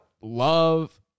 love